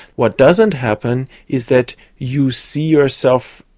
what doesn't happen is that you see yourself,